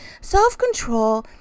Self-control